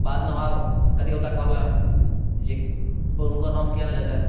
बादमे हमरा कतय गोटा कहलक जे हुनकर नाम किया नहि लेलियै